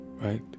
right